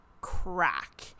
crack